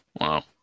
wow